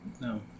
No